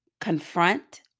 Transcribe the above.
Confront